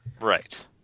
Right